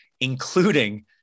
including